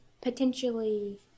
potentially